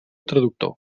traductor